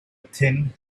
thin